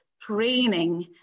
training